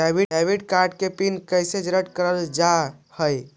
Debit card के PIN कैसे generate करल जाहै?